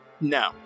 No